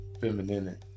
Feminine